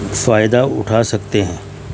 فائدہ اٹھا سکتے ہیں